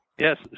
Yes